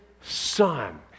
son